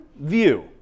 view